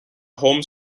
home